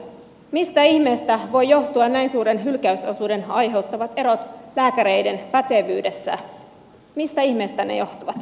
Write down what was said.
mistä ihmeestä voivat johtua näin suuren hylkäysosuuden aiheuttamat erot lääkäreiden pätevyydessä mistä ihmeestä ne johtuvat